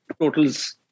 totals